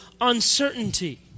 uncertainty